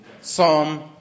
Psalm